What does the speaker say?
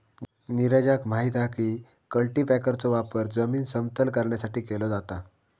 नीरजाक माहित हा की कल्टीपॅकरचो वापर जमीन समतल करण्यासाठी केलो जाता